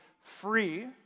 free